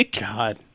God